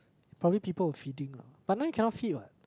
probably people who feeding lah but now you cannot feed what